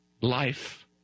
life